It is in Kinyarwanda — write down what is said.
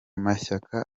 mashyaka